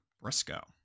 Briscoe